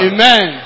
Amen